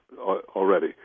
already